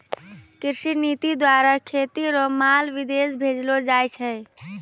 कृषि नीति द्वारा खेती रो माल विदेश भेजलो जाय छै